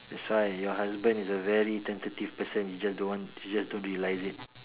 that's why your husband is a very tentative person you just don't want you just don't realize it